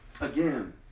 Again